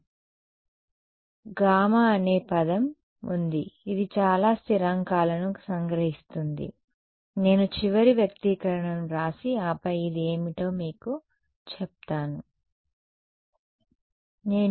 కాబట్టి గామా అనే పదం ఉంది ఇది చాలా స్థిరాంకాలను సంగ్రహిస్తుంది నేను చివరి వ్యక్తీకరణను వ్రాసి ఆపై ఇది ఏమిటో మీకు చెప్తాను